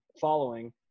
following